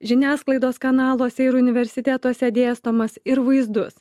žiniasklaidos kanaluose ir universitetuose dėstomas ir vaizdus